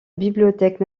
bibliothèque